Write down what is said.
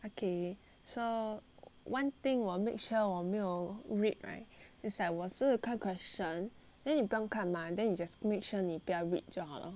okay so one thing 我 make sure 我没有 read right it's like 我是看 question then 你不用看 mah then you just make sure 你不要 read 就好了